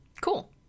Cool